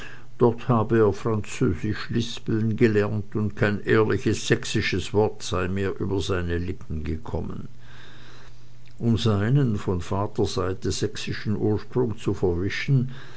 dort habe er französisch lispeln gelernt und kein ehrliches sächsisches wort sei mehr über seine lippen gekommen um seinen von vaterseite sächsischen ursprung zu verwischen